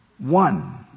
One